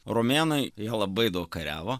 romėnai jie labai daug kariavo